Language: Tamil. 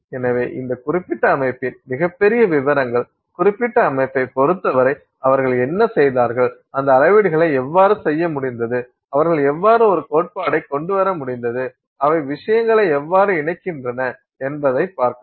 எனவே இந்த குறிப்பிட்ட அமைப்பின் மிகப் பெரிய விவரங்கள் குறிப்பிட்ட அமைப்பைப் பொறுத்தவரை அவர்கள் என்ன செய்தார்கள் அந்த அளவீடுகளை எவ்வாறு செய்ய முடிந்தது அவர்கள் எவ்வாறு ஒரு கோட்பாட்டைக் கொண்டு வர முடிந்தது அவை விஷயங்களை எவ்வாறு இணைக்கின்றன என்பதைப் பார்க்கலாம்